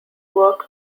work